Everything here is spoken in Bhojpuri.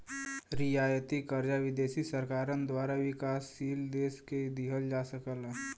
रियायती कर्जा विदेशी सरकारन द्वारा विकासशील देश के दिहल जा सकला